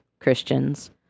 christians